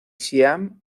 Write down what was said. siam